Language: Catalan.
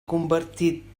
convertit